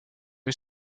you